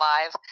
Live